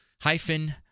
hyphen